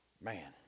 Man